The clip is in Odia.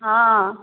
ହଁ